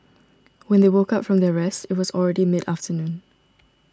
when they woke up from their rest it was already mid afternoon